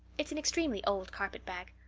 it's an extremely old carpet-bag.